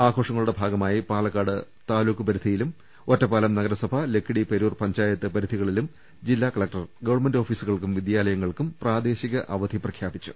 ആഘോഷങ്ങളുടെ ഭാഗ മായി പാലക്കാട് താലൂക്ക് പരിധിയിലും ഒറ്റപ്പാലം നഗരസഭ ലക്കിടി പേരൂർ പഞ്ചായത്ത് പരിധികളിലും ജില്ലാ കലക്ടർ ഗവൺമെന്റ് ഓഫീസുകൾക്കും വിദ്യാലയങ്ങൾക്കും പ്രാദേശിക അവധി പ്രഖ്യാ പിച്ചു